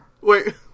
Wait